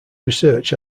research